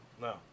No